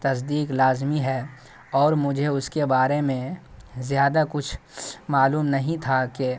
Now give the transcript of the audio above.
تصدیق لازمی ہے اور مجھے اس کے بارے میں زیادہ کچھ معلوم نہیں تھا کہ